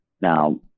Now